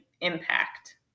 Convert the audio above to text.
impact